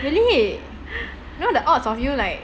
really you know the odds of you like